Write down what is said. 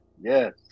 Yes